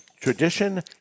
tradition